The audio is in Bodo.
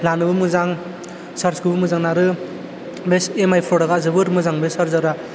लानोबो मोजां चार्जाखौबो मोजां नारो बे एमआई प्रडाक्टआ जोबोर मोजां बे चार्जारा